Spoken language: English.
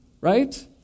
right